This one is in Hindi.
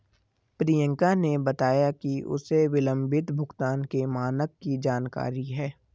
प्रियंका ने बताया कि उसे विलंबित भुगतान के मानक की जानकारी है